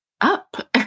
up